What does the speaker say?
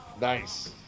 Nice